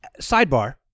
Sidebar